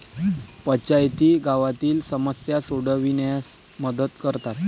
पंचायती गावातील समस्या सोडविण्यास मदत करतात